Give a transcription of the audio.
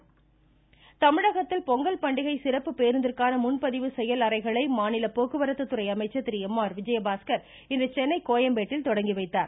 சிறப்பு பேருந்து முன்பதிவு மையம் தமிழகத்தில் பொங்கல் பண்டிகை சிறப்பு பேருந்திற்கான முன்பதிவு செயல் அறைகளை மாநில போக்குவரத்து துறை அமைச்சர் திரு எம் ஆர் விஜயபாஸ்கர் இன்று சென்னை கோயம்பேட்டில் தொடங்கி வைத்தார்